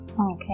Okay